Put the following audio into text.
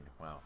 Wow